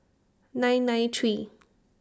nine nine three